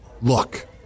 Look